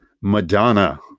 Madonna